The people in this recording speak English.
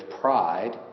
pride